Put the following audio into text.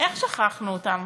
איך שכחנו אותם?